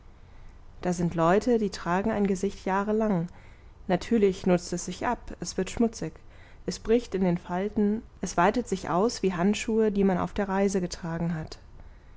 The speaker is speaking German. da sind leute die tragen ein gesicht jahrelang natürlich nutzt es sich ab es wird schmutzig es bricht in den falten es weitet sich aus wie handschuhe die man auf der reise getragen hat